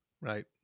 Right